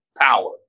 Power